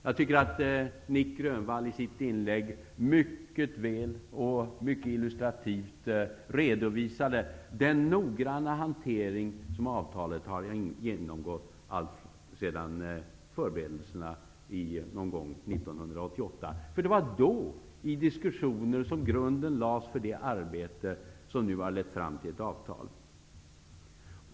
Jag tycker att Nic Grönvall i sitt inlägg mycket väl och mycket illustrativt redovisade den noggranna hantering som avtalet har genomgått alltsedan förberedelserna någon gång under 1988. Det var i diskussionerna då som grunden lades för det arbete som nu har lett fram till ett avtal.